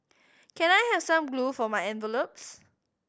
can I have some glue for my envelopes